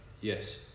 Yes